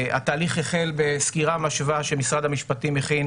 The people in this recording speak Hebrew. התהליך החל בסקירה משווה שמשרד המשפטים הכין